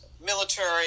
military